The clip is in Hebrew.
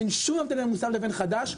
אין שום הבדל בין מוסב לבין חדש,